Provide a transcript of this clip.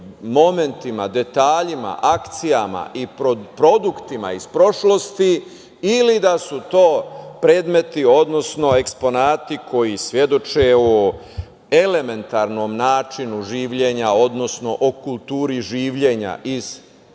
momentima, detaljima, akcijama i produktima iz prošlosti ili da su to predmeti, odnosno eksponati koji svedoče o elementarnom načinu življenja, odnosno o kulturi življenja iz srednje